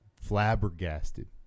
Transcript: flabbergasted